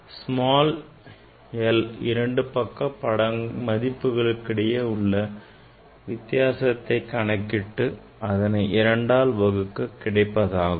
small l இரண்டு பக்க மதிப்புக்கிடையே உள்ள வித்தியாசத்தை கணக்கிட்டு அதனை இரண்டால் வகுக்க கிடைப்பதாகும்